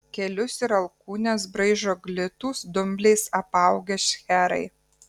kelius ir alkūnes braižo glitūs dumbliais apaugę šcherai